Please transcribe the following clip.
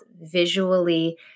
visually